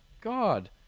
God